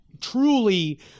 truly